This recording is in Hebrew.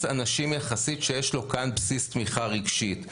אנשים יחסית שיש לו כאן בסיס תמיכה רגשית.